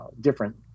different